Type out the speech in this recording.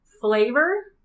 flavor